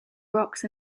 rocks